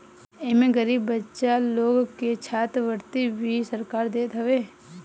एमे गरीब बच्चा लोग के छात्रवृत्ति भी सरकार देत हवे